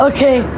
Okay